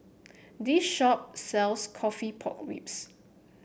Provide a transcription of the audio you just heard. this shop sells coffee Pork Ribs